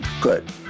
Good